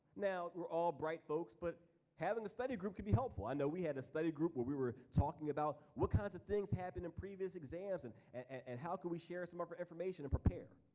now, we're all bright folks but having a study group can be helpful. i know we had a study group where we were talking about what kinds of things happened in previous exams and and how could we share some of our information to prepare?